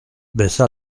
baissa